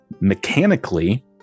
Mechanically